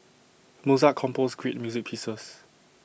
Mozart composed great music pieces